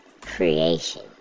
creation